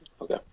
okay